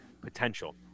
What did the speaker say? potential